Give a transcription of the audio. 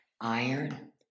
iron